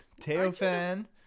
Teofan